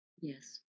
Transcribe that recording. yes